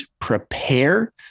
prepare